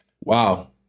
Wow